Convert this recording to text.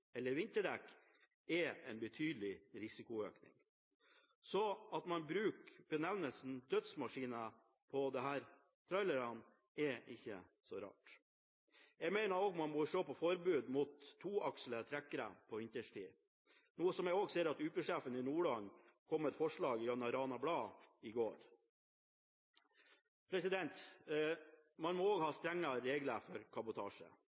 vinterdekk, er en betydelig risikoøkning, så det at man bruker benevnelsen «dødsmaskiner» på disse trailerne, er ikke så rart. Jeg mener også at man må se på forbudet som gjelder vogntog med toakslede trekkvogner vinterstid, noe som jeg også ser at UP-sjefen i Nordland kom med forslag om gjennom Rana Blad i går. Man må også ha strengere regler for kabotasje.